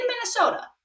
Minnesota